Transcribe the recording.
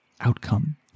outcome